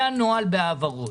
זה הנוהל בהעברות.